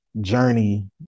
journey